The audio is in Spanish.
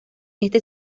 este